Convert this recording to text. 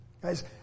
Guys